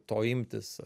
to imtis